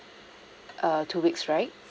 err two weeks right